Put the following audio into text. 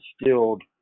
instilled